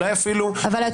אני לא יכול להגיב לכל דובר.